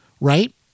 right